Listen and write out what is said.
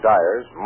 Dyers